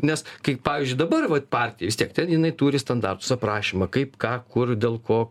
nes kaip pavyzdžiui dabar vat partija vis tiek ten jinai turi standartus aprašymą kaip ką kur dėl ko